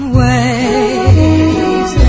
ways